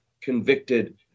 convicted